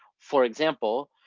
for example,